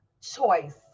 Choice